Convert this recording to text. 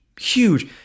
huge